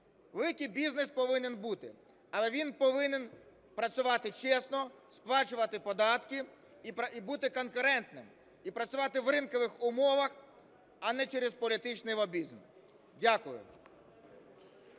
Великий бізнес повинен бути, але він повинен працювати чесно, сплачувати податки і бути конкурентним, і працювати в ринкових умовах, а не через політичний лобізм. Дякую.